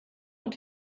und